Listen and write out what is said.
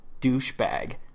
douchebag